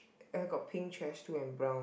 I got pink trash too and brown